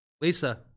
Lisa